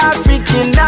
African